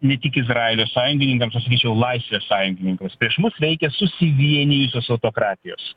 ne tik izraelio sąjungininkams aš sakyčiau laisvės sąjungininkams prieš mus veikia susivienijusios autokratijos